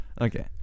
Okay